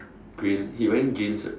green he wearing green shirt